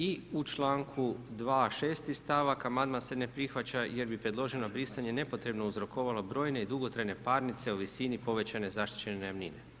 I u članku 2. 6.-ti stavak amandman se ne prihvaća jer bi predloženo brisanje nepotrebno uzrokovalo brojne i dugotrajne parnice u visini povećane zaštićene najamnine.